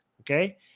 okay